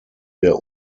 der